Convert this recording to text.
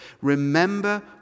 remember